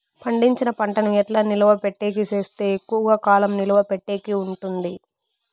పండించిన పంట ను ఎట్లా నిలువ పెట్టేకి సేస్తే ఎక్కువగా కాలం నిలువ పెట్టేకి ఉంటుంది?